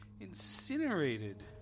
incinerated